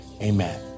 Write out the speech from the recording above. Amen